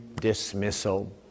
dismissal